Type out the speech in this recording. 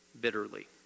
bitterly